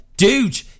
Dude